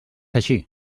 així